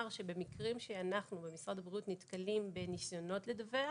שבמקרים שאנחנו במשרד הבריאות נתקלים בניסיונות לדווח